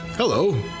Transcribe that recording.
Hello